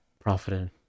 profiting